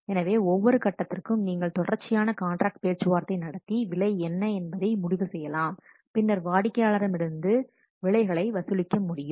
எனவே ஒவ்வொரு கட்டத்திற்கும் நீங்கள் தொடர்ச்சியான காண்ட்ராக்ட் பேச்சுவார்த்தை நடத்தி விலை என்ன என்பதை முடிவு செய்யலாம் பின்னர் வாடிக்கையாளரிடம் இருந்து விலைகளை வசூலிக்க முடியும்